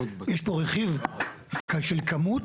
יש פה רכיב של כמות